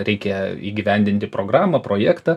reikia įgyvendinti programą projektą